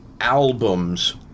albums